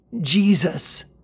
jesus